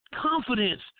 Confidence